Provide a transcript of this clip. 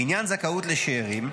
לעניין זכאות לשאירים,